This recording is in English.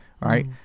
Right